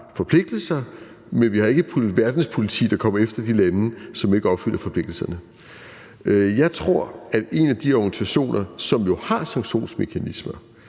forpligtelser, men vi har ikke et verdenspoliti, der kommer efter de lande, som ikke opfylder forpligtelserne. Jeg tror, at en af de organisationer, som det kunne være,